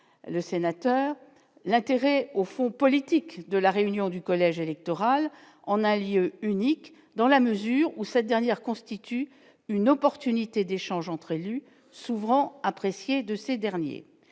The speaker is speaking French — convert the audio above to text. le Sénateur, l'intérêt au fond politique, de la réunion du collège électoral, on allie unique dans la mesure où cette dernière constitue une opportunité d'échanges entre élus s'ouvrant apprécié de ces derniers,